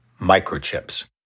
microchips